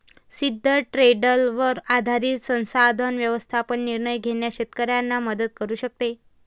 सिद्ध ट्रेंडवर आधारित संसाधन व्यवस्थापन निर्णय घेण्यास शेतकऱ्यांना मदत करू शकते